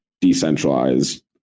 decentralized